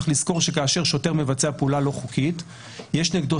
צריך לזכור שכאשר שוטר מבצע פעולה לא חוקית יש נגדו